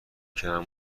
کردم